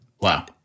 Wow